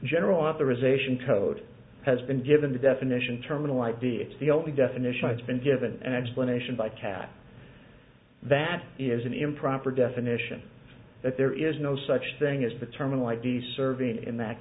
general authorization code has been given the definition terminal idea it's the only definition i've been given an explanation by cat that is an improper definition that there is no such thing as determine like the serving in that